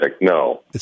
No